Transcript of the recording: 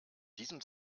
diesem